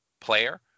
player